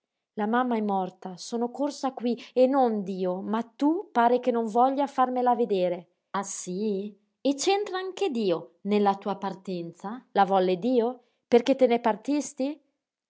la mamma è morta sono corsa qui e non dio ma tu pare che non voglia farmela vedere ah sí e c'entra anche dio nella tua partenza la volle dio perché te ne partisti